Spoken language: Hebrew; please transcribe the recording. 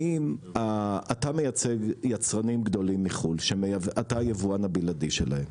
האם אתה מייצג יצרנים גדולים מחו"ל שאתה היבואן הבלעדי שלהם,